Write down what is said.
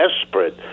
desperate